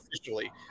officially